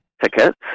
tickets